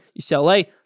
UCLA